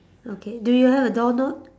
okay do you have a doorknob